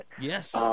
Yes